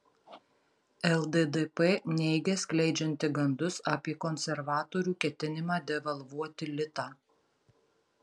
lddp neigia skleidžianti gandus apie konservatorių ketinimą devalvuoti litą